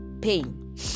pain